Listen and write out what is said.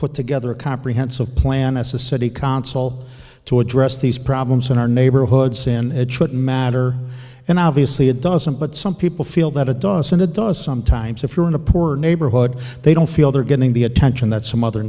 put together a comprehensive plan as a city council to address these problems in our neighborhoods in matter and obviously it doesn't but some people feel that a dos and it does sometimes if you're in a poor neighborhood they don't feel they're getting the attention that some other